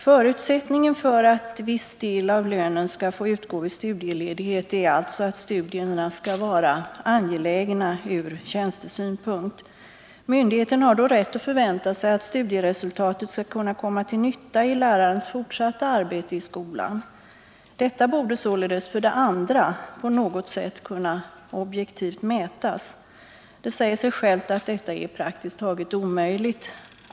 Förutsättningen för att viss del av lönen skall få utgå vid studieledighet är alltså att studierna skall vara angelägna ur tjänstesynpunkt. Myndigheten har då rätt att förvänta sig att studieresultatet skall kunna komma till nytta i lärarens fortsatta arbete i skolan. Detta borde således, för det andra, på något sätt kunna objektivt mätas. Det säger sig självt att detta är praktiskt taget omöjligt.